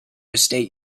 state